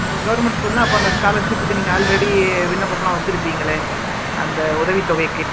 ம் கவர்மெண்ட் ஸ்கூல்னா அப்போ அந்த ஸ்காலர்ஷிப்க்கு நீங்கள் ஆல்ரெடி விண்ணப்பம்லாம் வச்சுருப்பீங்களே அந்த உதவித்தொகைக்கு